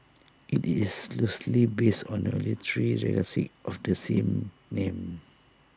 IT is loosely based on the literary classic of the same name